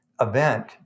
event